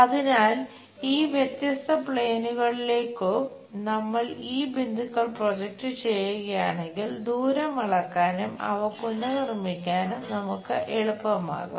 അതിനാൽ ഈ വ്യത്യസ്ത പ്ലെയിനുകളിലേക്കു ചെയ്യുകയാണെങ്കിൽ ദൂരം അളക്കാനും അവ പുനർനിർമ്മിക്കാനും നമുക്ക് എളുപ്പമാകും